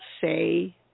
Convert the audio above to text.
say